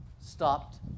stopped